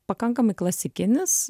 pakankamai klasikinis